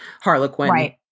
Harlequin